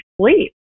sleep